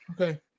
Okay